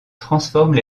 transforment